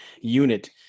unit